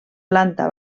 planta